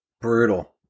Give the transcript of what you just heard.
Brutal